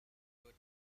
dawt